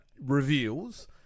reveals